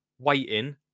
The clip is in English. waiting